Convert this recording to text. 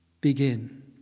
begin